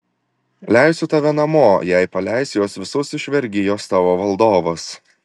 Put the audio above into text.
leisiu tave namo jei paleis juos visus iš vergijos tavo valdovas